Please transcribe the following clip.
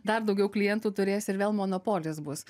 dar daugiau klientų turės ir vėl monopolis bus